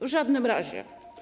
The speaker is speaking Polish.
W żadnym razie.